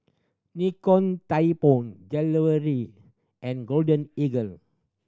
Nikon Tianpo and Golden Eagle